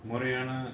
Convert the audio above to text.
முறையான:muraiyaana